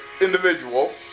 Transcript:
individual